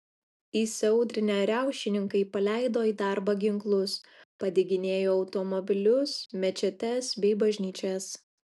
įsiaudrinę riaušininkai paleido į darbą ginklus padeginėjo automobilius mečetes bei bažnyčias